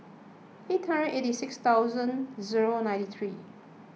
eighty six thousand zero ninety three